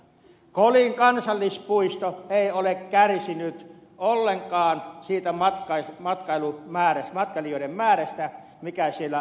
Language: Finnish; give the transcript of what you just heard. kolin kansallispuisto ei ole kärsinyt ollenkaan siitä matkailijoiden määrästä mikä siellä luonnossa vaeltaa